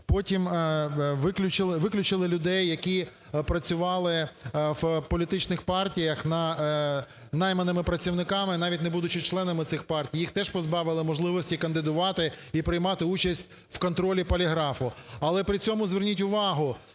Потім виключили людей, які працювали в політичних партіях найманими працівниками, навіть не будучи членами цих партій. Їх теж позбавили можливості кандидувати і приймати участь в контролі поліграфу. Але при цьому, зверніть увагу,